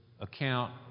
account